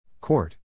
Court